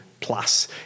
plus